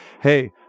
hey